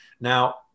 Now